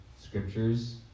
scriptures